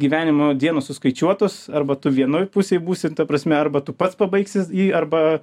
gyvenimo dienos suskaičiuotos arba tu vienoj pusėj būsi ta prasme arba tu pats pabaigsi jį arba